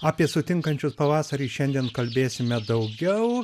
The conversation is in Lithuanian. apie sutinkančius pavasarį šiandien kalbėsime daugiau